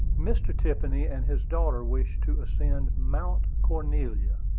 mr. tiffany and his daughter wished to ascend mount cornelia,